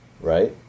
right